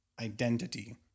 identity